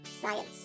Science